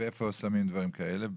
ואיפה שמים דברים כאלה?